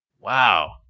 Wow